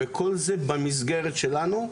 וכל זה במסגרת שלנו,